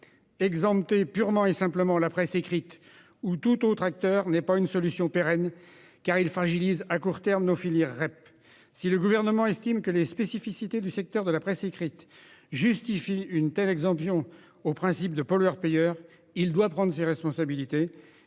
Exempter purement et simplement la presse écrite ou tout autre acteur n'est pas une solution pérenne, car cela fragilise à court terme nos filières REP. Si le Gouvernement estime que les spécificités du secteur de la presse écrite justifient une telle exemption au principe général du pollueur-payeur, il faut qu'il prenne ses responsabilités.